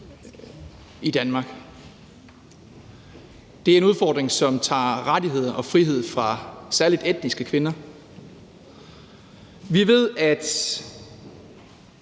i Danmark. Det er en udfordring, at der tages rettigheder og frihed fra særlig etniske kvinder. Vi ved, at